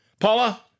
Paula